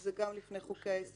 שזה גם לפני חוקי היסוד,